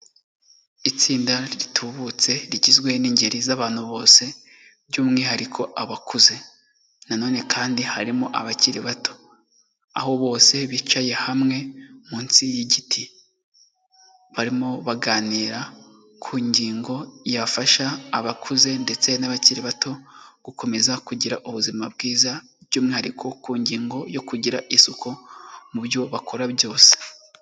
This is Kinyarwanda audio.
Itsinda ritubutse, rigizwe n'ingeri z'abantu bose, by'umwihariko abakuze. Na none kandi harimo abakiri bato. Aho bose bicaye hamwe munsi y'igiti. Barimo baganira ku ngingo yafasha abakuze ndetse n'abakiri bato, gukomeza kugira ubuzima bwiza, by'umwihariko ku ngingo yo kugira isuku, mu byo bakora byose.